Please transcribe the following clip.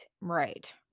Right